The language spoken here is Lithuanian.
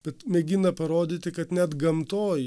bet mėgina parodyti kad net gamtoj